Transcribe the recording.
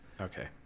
Okay